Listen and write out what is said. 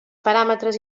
paràmetres